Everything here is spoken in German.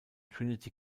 trinity